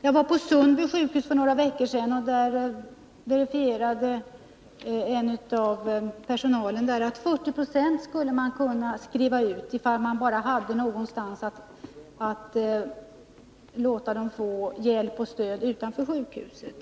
Jag var på Sundby sjukhus för några veckor sedan. Där verifierade en anställd att 40 26 av patienterna skulle kunna skrivas ut, om man bara hade någonstans att ge dem hjälp och stöd utanför sjukhuset.